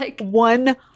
one